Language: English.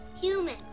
human